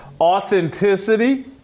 Authenticity